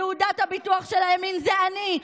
תעודת הביטוח של הימין זה אני.